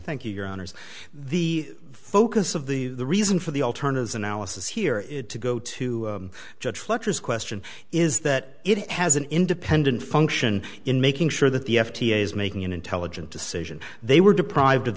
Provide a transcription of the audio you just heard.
thank you your honors the focus of the reason for the alternatives analysis here is to go to judge lectures question is that it has an independent function in making sure that the f d a is making an intelligent decision they were deprived of